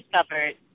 discovered